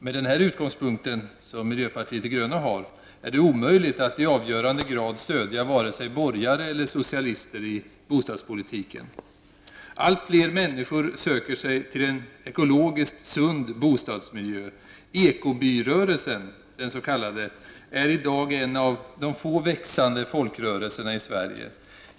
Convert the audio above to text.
Med denna utgångspunkt, som miljöpartiet de gröna har, är det omöjligt att i avgörande grad stödja vare sig borgare eller socialister i bostadspolitiken. Allt fler människor söker sig till en ekologiskt sund bostadsmiljö. Den s.k. Ekobyrörelsen är i dag en av de få framväxande folkrörelserna i Sverige.